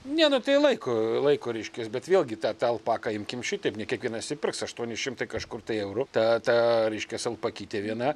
ne nu tai laiko laiko reiškias bet vėlgi tą tą alpaką imkim šitaip ne kiekvienas įpirks aštuoni šimtai kažkur tai eurų ta ta reiškias alpakytė viena